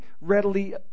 readily